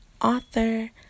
author